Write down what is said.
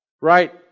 right